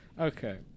Okay